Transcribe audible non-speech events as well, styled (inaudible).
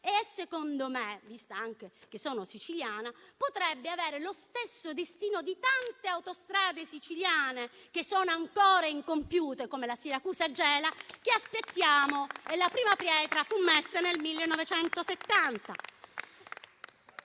e secondo me, visto che sono siciliana, potrebbe avere lo stesso destino di tante autostrade siciliane che sono ancora incompiute, come la Siracusa-Gela che aspettiamo (applause) e la prima pietra fu messa nel 1970.